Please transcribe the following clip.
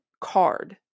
card